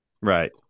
Right